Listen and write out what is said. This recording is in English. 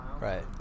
right